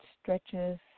stretches